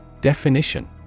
Definition